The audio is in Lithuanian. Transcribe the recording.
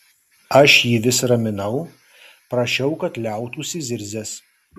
aš jį vis raminau prašiau kad liautųsi zirzęs